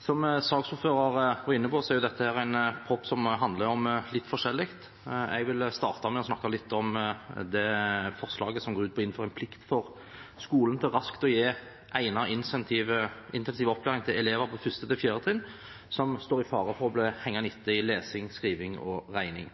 Som saksordføreren var inne på, er dette en proposisjon som handler om litt forskjellig. Jeg vil starte med å snakke om forslaget som går ut på å innføre en plikt for skolen til raskt å gi egnet intensiv opplæring til elever på 1.–4. trinn som står i fare for å bli hengende etter i lesing, skriving og regning.